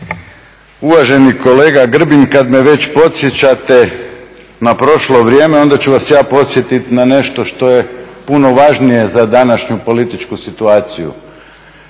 Uvaženi kolega Grbin, kad me već podsjećate na prošlo vrijeme onda ću vas ja podsjetiti na nešto što je puno važnije za današnju političku situaciju.